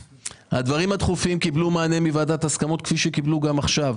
הדברים הדחופים קיבלו מענה מוועדת ההסכמות כפי שהם קיבלו גם עכשיו.